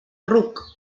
ruc